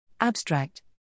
Abstract